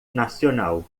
nacional